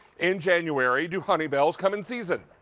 in january, to honeybell's come in season.